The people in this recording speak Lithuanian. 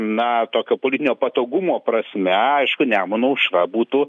na tokio politinio patogumo prasme aišku nemuno aušra būtų